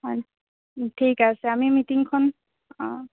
হয় ঠিক আছে আমি মিটিংখন অঁ